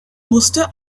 musste